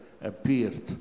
appeared